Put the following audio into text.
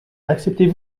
acceptez